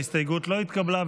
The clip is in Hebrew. ההסתייגות לא התקבלה.